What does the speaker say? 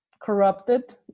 corrupted